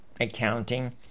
accounting